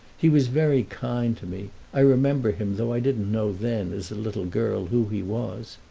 he was very kind to me i remember him, though i didn't know then, as a little girl, who he was.